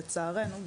לצערנו,